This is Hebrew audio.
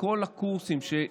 בכל הקורסים,